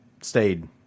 stayed